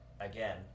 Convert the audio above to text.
again